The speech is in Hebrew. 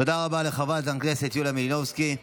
תודה רבה לחברת הכנסת יוליה מלינובסקי.